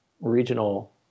regional